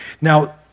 Now